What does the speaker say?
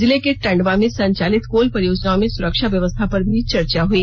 जिले के टंडवा में संचालित कोल परियोजनाओं में सुरक्षा व्यवस्था पर भी चर्चा हुई